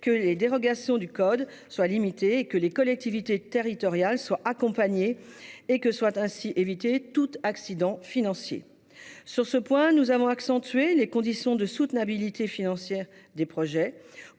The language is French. que les dérogations au code soient limitées, que les collectivités territoriales soient accompagnées et que soit ainsi évité tout accident financier. Sur ce point, nous avons accentué les conditions de soutenabilité financière des projets,